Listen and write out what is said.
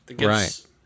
Right